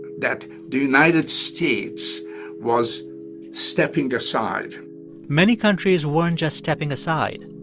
that the united states was stepping aside many countries weren't just stepping aside.